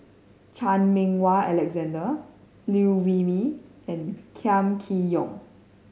Chan Meng Wah Alexander Liew Wee Mee and Kam Kee Yong